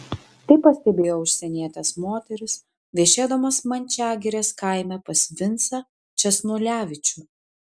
tai pastebėjo užsienietės moterys viešėdamos mančiagirės kaime pas vincą česnulevičių